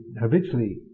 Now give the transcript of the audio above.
habitually